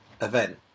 event